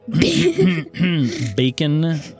bacon